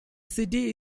city